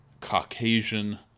Caucasian